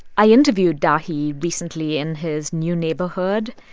i interviewed dahi recently in his new neighborhood.